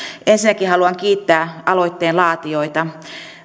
ensinnäkin haluan kiittää aloitteen laatijoita